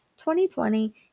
2020